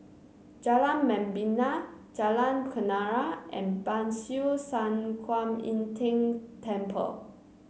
Jalan Membina Jalan Kenarah and Ban Siew San Kuan Im Tng Temple